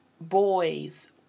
boys